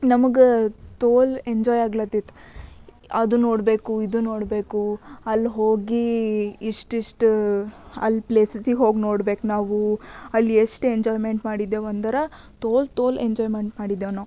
ನಮಗ ತೋಲ್ ಎಂಜಾಯ್ ಆಗ್ಲತಿತ್ತು ಅದು ನೋಡಬೇಕು ಇದು ನೋಡಬೇಕು ಅಲ್ಲಿ ಹೋಗೀ ಇಷ್ಟಿಷ್ಟು ಅಲ್ಲಿ ಪ್ಲೇಸಸಿಗೆ ಹೋಗಿ ನೋಡ್ಬೇಕು ನಾವು ಅಲ್ಲಿ ಎಷ್ಟು ಎಂಜಾಯ್ಮೆಂಟ್ ಮಾಡಿದ್ದೇವಂದ್ರೆ ತೋಲ್ ತೋಲ್ ಎಂಜಾಯ್ಮೆಂಟ್ ಮಾಡಿದ್ದೇವು ನಾವು